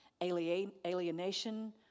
alienation